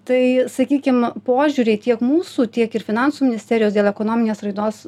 tai sakykim požiūriai tiek mūsų tiek ir finansų ministerijos dėl ekonominės raidos